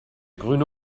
grüne